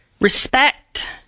respect